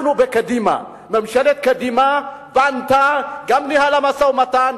ממשלת קדימה בנתה וגם ניהלה משא-ומתן,